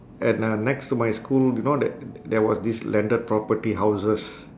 at uh next to my school you know there there was this landed property houses